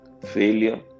failure